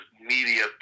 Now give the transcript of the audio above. media